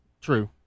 True